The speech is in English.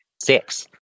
six